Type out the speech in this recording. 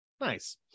Nice